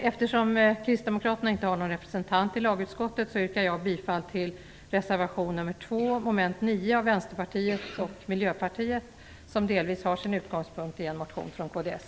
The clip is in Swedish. Eftersom kristdemokraterna inte har någon representant i lagutskottet yrkar jag bifall till reservation nr 2 från Vänsterpartiet och Miljöpartiet, som delvis har sin utgångspunkt i en motion från kds.